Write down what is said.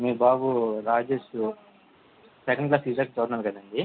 మీ బాబు Rajesh second class C section చదువుతున్నాడు కదా అండి